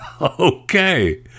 Okay